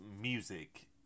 music